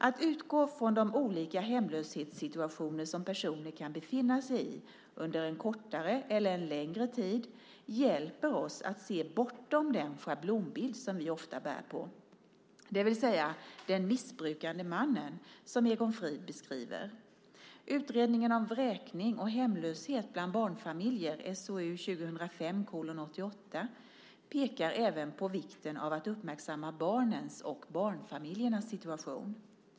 Att utgå från de olika hemlöshetssituationer som personer kan befinna sig i under en kortare eller längre tid hjälper oss att se bortom den schablonbild som vi ofta bär på, det vill säga den missbrukande mannen, som Egon Frid beskriver. Utredningen om vräkning och hemlöshet bland barnfamiljer pekar även på vikten av att uppmärksamma barnens och barnfamiljernas situation.